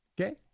Okay